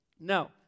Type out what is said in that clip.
Now